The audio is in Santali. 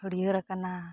ᱦᱟᱹᱨᱭᱟᱹᱲ ᱟᱠᱟᱱᱟ